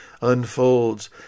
unfolds